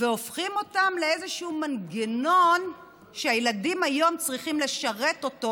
הופכים אותם לאיזה מנגנון שהילדים היום צריכים לשרת אותו,